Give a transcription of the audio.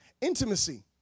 intimacy